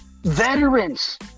veterans